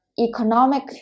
economic